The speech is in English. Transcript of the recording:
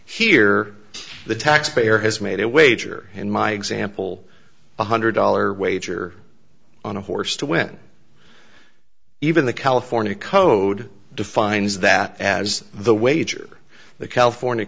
here the taxpayer has made a wager in my example one hundred dollars wager on a horse to win even the california code defines that as the wager the california